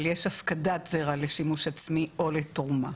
אבל יש הפקדת זרע לשימוש עצמי או לתרומה.